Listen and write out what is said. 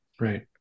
Right